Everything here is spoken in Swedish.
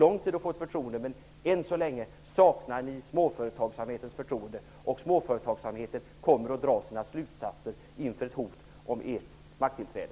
Jag beklagar, Johnny Ahlqvist, men än så länge saknar ni småföretagsamhetens förtroende. Småföretagsamheten kommer att dra sina slutsatser inför ett hot om ert makttillträde.